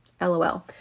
LOL